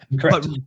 Correct